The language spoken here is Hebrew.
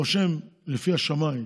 רושם, לפי השמאי,